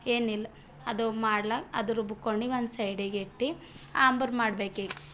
ಏನಿಲ್ಲ ಅದು ಮಾಡ್ಲಿಕ್ಕೆ ಅದು ರುಬ್ಕೊಂಡು ಒಂದು ಸೈಡಿಗೆ ಇಟ್ಟು ಆಂಬ್ರ್ ಮಾಡಬೇಕು ಈಗ